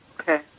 Okay